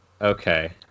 Okay